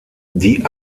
die